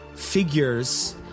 Figures